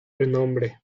renombre